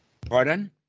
Pardon